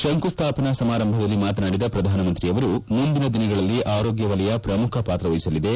ಶಂಕುಸ್ಥಾಪನಾ ಸಮಾರಂಭದಲ್ಲಿ ಮಾತನಾಡಿದ ಪ್ರಧಾನಮಂತ್ರಿಯವರು ಮುಂದಿನ ದಿನಗಳಲ್ಲಿ ಆರೋಗ್ಭವಲಯ ಪ್ರಮುಖ ಪಾತ್ರ ವಹಿಸಲಿದೆ